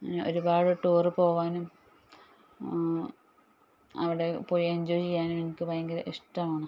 ഒരുപാട് ടൂറ് പോകാനും അവിടെ പോയി എന്ജോയ് ചെയ്യാനും എനിക്ക് ഭയങ്കര ഇഷ്ടമാണ്